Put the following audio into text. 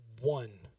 one